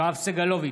יואב סגלוביץ'